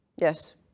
Yes